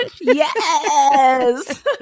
yes